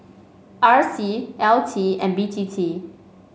R C L T and B T T